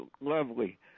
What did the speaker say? lovely